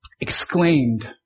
exclaimed